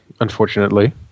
Unfortunately